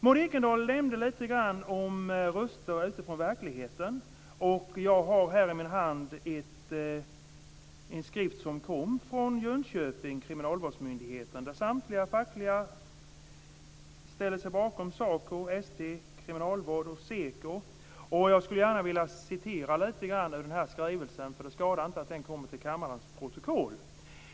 Maud Ekendahl nämnde lite grann om röster utifrån verkligheten. Jag har i min hand en skrift som har kommit från Kriminalvårdsmyndigheten i Jönköping. Samtliga fackliga organisationer, SACO, ST Kriminalvård och SEKO, ställer sig bakom skriften. Jag skulle vilja citera lite grann ur skrivelsen, för det skadar inte att det kommer till kammarens protokoll.